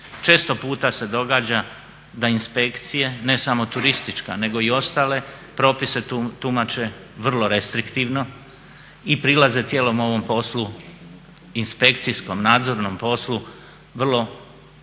Često puta se događa da inspekcije, ne samo turistička, nego i ostale propise tumače vrlo restriktivno i prilaze cijelom ovom poslu, inspekcijskom nadzornom poslu vrlo penološki